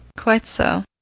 quite so.